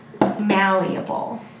malleable